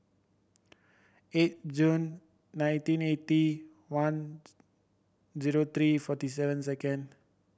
eight June nineteen eighty one zero three forty seven second